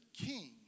king